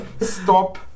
stop